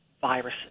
viruses